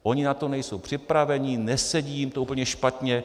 Oni na to nejsou připraveni, nesedí jim to, úplně špatně.